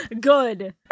Good